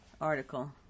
article